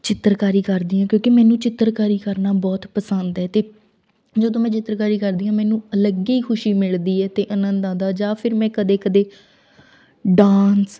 ਚਿੱਤਰਕਾਰੀ ਕਰਦੀ ਹਾਂ ਕਿਉਂਕਿ ਮੈਨੂੰ ਚਿੱਤਰਕਾਰੀ ਕਰਨਾ ਬਹੁਤ ਪਸੰਦ ਹੈ ਅਤੇ ਜਦੋਂ ਮੈਂ ਚਿੱਤਰਕਾਰੀ ਕਰਦੀ ਹਾਂ ਮੈਨੂੰ ਅਲੱਗ ਹੀ ਖੁਸ਼ੀ ਮਿਲਦੀ ਹੈ ਅਤੇ ਆਨੰਦ ਆਉਂਦਾ ਜਾਂ ਫਿਰ ਮੈਂ ਕਦੇ ਕਦੇ ਡਾਂਸ